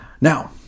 Now